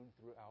throughout